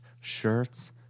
shirts